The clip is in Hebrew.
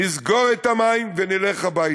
נסגור את המים ונלך הביתה.